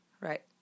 right